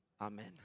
Amen